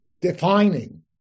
defining